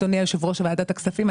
אדוני יושב-ראש ועדת הכספים,